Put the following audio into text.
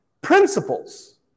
principles